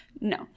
no